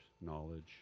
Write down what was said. knowledge